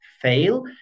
fail